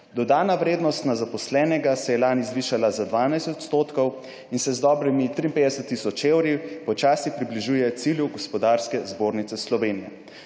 »Dodana vrednost na zaposlenega se je lani zvišala za 12 % in se z dobrimi 53 tisoč evri počasi približuje cilju Gospodarske zbornice Slovenije.